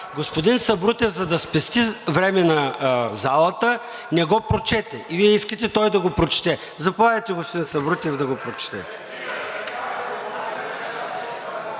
Господин Сабрутев, за да спести време на залата, не го прочете. Вие искате той да го прочете. Заповядайте, господин Сабрутев, да го прочетете.